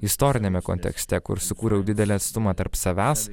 istoriniame kontekste kur sukūriau didelį atstumą tarp savęs